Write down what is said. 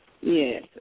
Yes